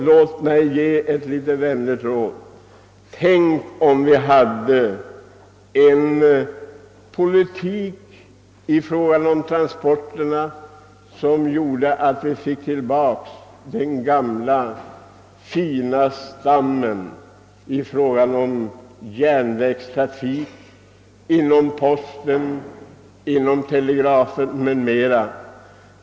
Låt mig ge ett litet vänligt råd: Tänk om det kunde föras en transportpolitik som gjorde att vi fick tillbaka den gamla, fina stammen inom järnvägstrafiken, inom posten, inom televerket o.s. v.!